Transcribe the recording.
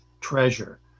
treasure